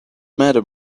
matter